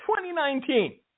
2019